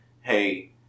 hey